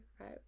right